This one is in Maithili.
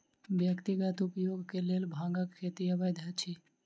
व्यक्तिगत उपयोग के लेल भांगक खेती अवैध अछि